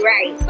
Right